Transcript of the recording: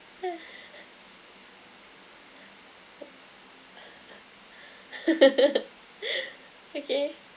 okay